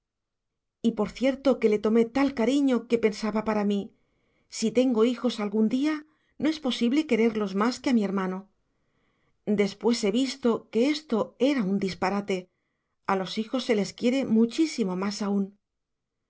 y por cierto que le tomé tal cariño que pensaba para mí si tengo hijos algún día no es posible quererlos más que a mi hermano después he visto que esto era un disparate a los hijos se les quiere muchísimo más aún